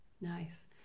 Nice